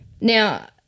Now